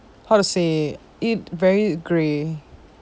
how to say it very grey